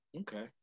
Okay